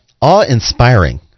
awe-inspiring